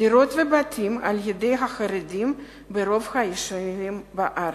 דירות ובתים על-ידי חרדים ברוב היישובים בארץ.